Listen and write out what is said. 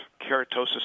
keratosis